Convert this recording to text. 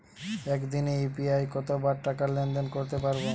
একদিনে ইউ.পি.আই কতবার টাকা লেনদেন করতে পারব?